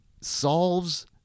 solves